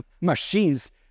machines